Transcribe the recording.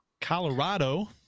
Colorado